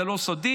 זה לא סודי,